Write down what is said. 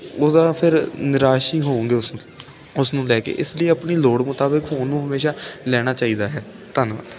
ਉਹਦਾ ਫਿਰ ਨਿਰਾਸ਼ ਹੀ ਹੋਊਗੇ ਉਸ ਉਸ ਨੂੰ ਲੈ ਕੇ ਇਸ ਲਈ ਆਪਣੀ ਲੋੜ ਮੁਤਾਬਿਕ ਫੋਨ ਨੂੰ ਹਮੇਸ਼ਾ ਲੈਣਾ ਚਾਹੀਦਾ ਹੈ ਧੰਨਵਾਦ